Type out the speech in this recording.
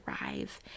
arrive